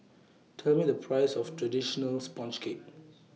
Tell Me The Price of Traditional Sponge Cake